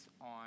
on